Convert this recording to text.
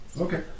Okay